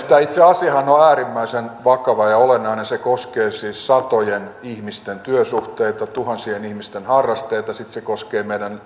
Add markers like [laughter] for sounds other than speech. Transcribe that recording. [unintelligible] tämä itse asiahan on on äärimmäisen vakava ja olennainen se koskee siis satojen ihmisten työsuhteita tuhansien ihmisten harrasteita sitten se koskee meidän